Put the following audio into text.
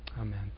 Amen